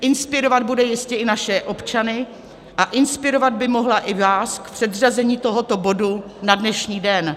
Inspirovat bude jistě i naše občany a inspirovat by mohla i vás k předřazení tohoto bodu na dnešní den.